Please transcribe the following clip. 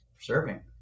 serving